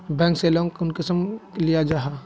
Bank से loan कुंसम लिया जाहा?